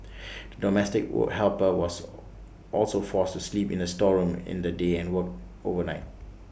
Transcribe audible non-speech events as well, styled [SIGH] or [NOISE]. [NOISE] the domestic work helper was also forced to sleep in the storeroom in the day and worked overnight